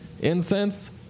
incense